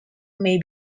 may